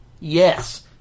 Yes